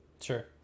sure